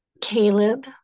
Caleb